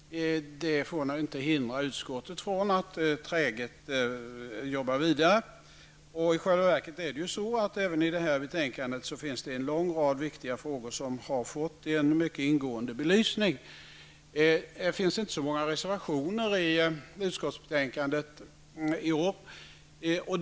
Det får nu inte hindra utskottet från att träget arbeta vidare. I själva verket finns det också i det aktuella betänkandet en lång rad viktiga frågor som har fått en mycket ingående belysning. Det finns inte så många reservationer i utskottsbetänkandet i år.